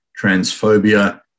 transphobia